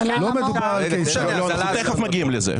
לא, אנחנו תיכף מגיעים לזה.